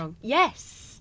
Yes